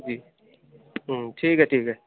ठीक ऐ ठीक ऐ